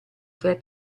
tre